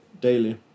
daily